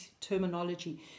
terminology